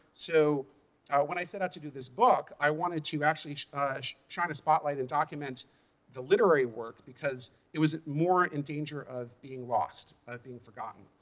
so when i set out to do this book, i wanted to actually ah try to spotlight and document the literary work because it was more in danger of being lost by being forgotten.